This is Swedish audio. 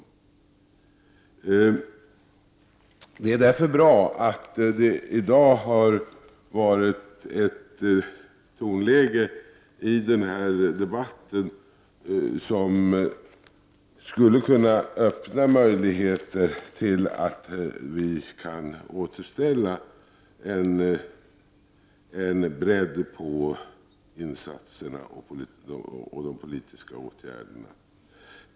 Det är därför bra att det i dag har varit ett tonläge i debatten som skulle kunna öppna möjligheter för att återställa en bredd på insatserna och de politiska åtgärderna.